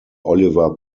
oliver